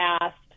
asked